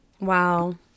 Wow